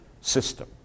system